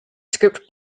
script